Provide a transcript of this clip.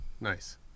nice